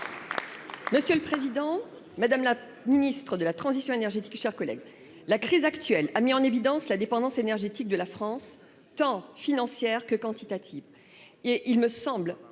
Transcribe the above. Monsieur le Président Madame la Ministre de la Transition énergétique chers collègues la crise actuelle a mis en évidence la dépendance énergétique de la France, tant financières que quantitative.